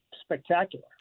spectacular